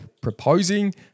proposing